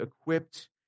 equipped